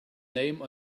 name